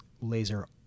laser